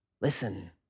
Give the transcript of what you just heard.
Listen